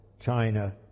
China